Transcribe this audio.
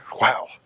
Wow